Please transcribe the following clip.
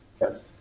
Yes